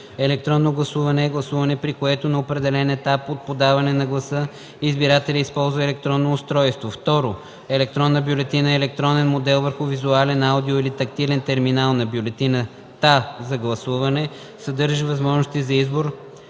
„електронно гласуване” е гласуване, при което на определен етап от подаване на гласа избирателят използва електронно устройство; 2. „електронна бюлетина” е електронен модел върху визуален, аудио или тактилен терминал на бюлетината за гласуване, съдържащ възможностите за избор